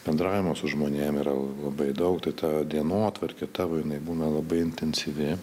bendravimo su žmonės yra labai daug tai ta dienotvarkė tavo jinai būna labai intensyvi